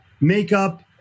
makeup